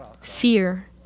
fear